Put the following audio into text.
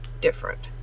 different